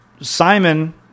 Simon